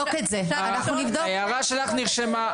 ההערה שלך נרשמה,